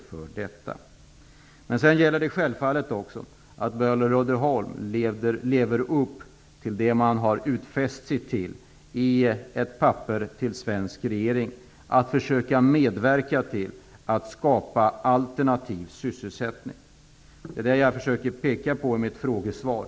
Det är naturligtvis också nödvändigt att Böhler Uddeholm lever upp till de utfästelser man har gjort i ett papper till den svenska regeringen, nämligen att försöka medverka till att skapa alternativ sysselsättning. Det är det jag försöker peka på i mitt frågesvar.